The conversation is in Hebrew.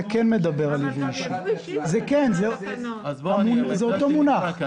זה אותו מונח.